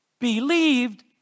believed